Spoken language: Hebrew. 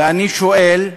ואני שואל: